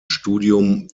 studium